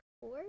four